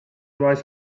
race